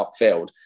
upfield